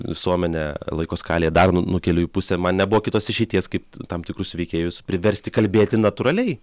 visuomenę laiko skalėje dar n nukeliu į pusę man nebuvo kitos išeities kaip t tam tikrus veikėjus priversti kalbėti natūraliai